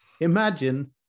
Imagine